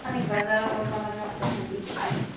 খানিক বজাৰো কৰিব লগা আছে ন কি কৰিবি